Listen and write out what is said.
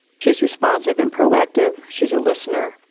she's responsive and proactive, she's a listener,